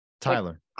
tyler